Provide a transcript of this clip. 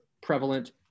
prevalent